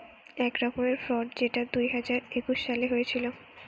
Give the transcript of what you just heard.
এক রকমের ফ্রড যেটা দুই হাজার একুশ সালে হয়েছিল